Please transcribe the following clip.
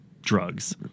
drugs